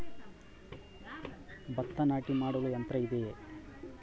ಭತ್ತ ನಾಟಿ ಮಾಡಲು ಯಂತ್ರ ಇದೆಯೇ?